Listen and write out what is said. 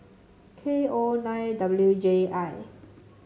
K O nine W J I